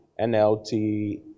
NLT